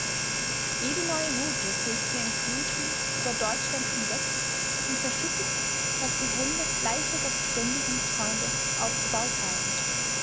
jede neue note fegt wie ein glutwind über deutschland hinweg und verschüttet was die hände fleißiger verständigungsfreunde aufgebaut haben